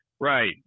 Right